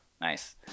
Nice